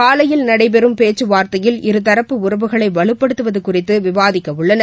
காலையில் நடைபெறம் பேச்சு வார்த்தையில் இருதரப்பு உறவுகளை இன்று வலுப்படுத்துவது குறித்து விவாதிக்கவுள்ளனர்